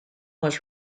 was